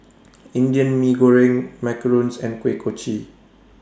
Indian Mee Goreng Macarons and Kuih Kochi